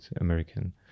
American